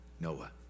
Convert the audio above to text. Noah